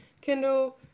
Kindle